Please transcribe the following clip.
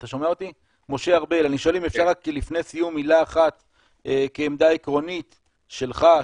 אם אפשר לפני סיום מילה אחת כעמדה עקרונית שלך,